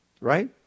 Right